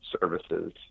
services